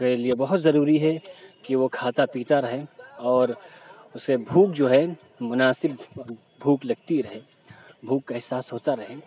کے لیے بہت ضروری ہے کہ وہ کھاتا پیتا رہے اور اسے بھوک جو ہے مناسب بھوک لگتی رہے بھوک کا احساس ہوتا رہے